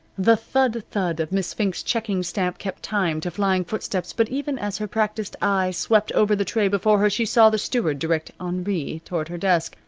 the thud-thud of miss fink's checking-stamp kept time to flying footsteps, but even as her practised eye swept over the tray before her she saw the steward direct henri toward her desk,